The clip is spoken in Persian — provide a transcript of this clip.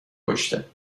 پشته